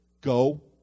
go